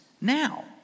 now